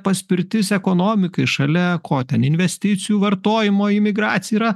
paspirtis ekonomikai šalia ko ten investicijų vartojimo imigracija yra